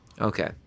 Okay